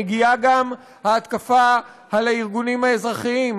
מגיעה גם ההתקפה על הארגונים האזרחיים,